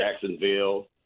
Jacksonville